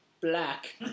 black